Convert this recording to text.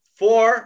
four